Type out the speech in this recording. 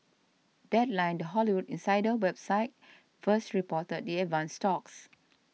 deadline the Hollywood insider website first reported the advanced talks